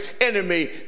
enemy